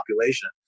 population